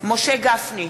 משה גפני,